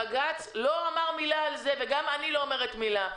בג"ץ לא אמר מילה על זה, וגם אני לא אומרת מילה.